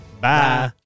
Bye